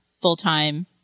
full-time